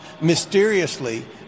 mysteriously